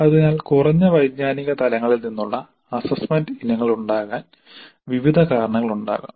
അതിനാൽ കുറഞ്ഞ വൈജ്ഞാനിക തലങ്ങളിൽ നിന്നുള്ള അസ്സസ്സ്മെന്റ് ഇനങ്ങൾ ഉണ്ടാകാൻ വിവിധ കാരണങ്ങളുണ്ടാകാം